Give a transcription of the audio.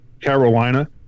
Carolina